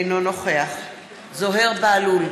אינו נוכח זוהיר בהלול,